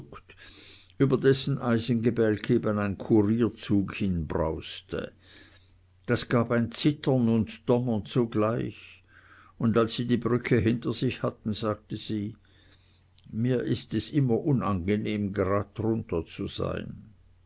über dessen eisengebälk eben ein courierzug hinbrauste das gab ein zittern und donnern zugleich und als sie die brücke hinter sich hatten sagte sie mir ist es immer unangenehm gerade drunter zu sein